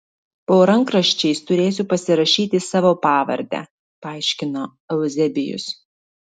po rankraščiais turėsiu pasirašyti savo pavardę paaiškino euzebijus